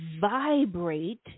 vibrate